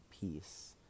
peace